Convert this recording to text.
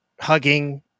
hugging